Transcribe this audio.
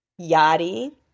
Yadi